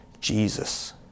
Jesus